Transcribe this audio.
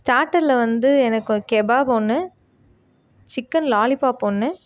ஸ்டார்ட்டரில் வந்து எனக்கு ஒரு கெபாப்பு ஒன்று சிக்கென் லாலிபாப் ஒன்று